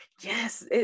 yes